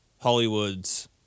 Hollywood's